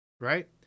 Right